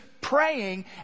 praying